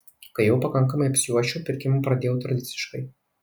kai jau pakankamai apsiuosčiau pirkimą pradėjau tradiciškai